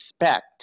respect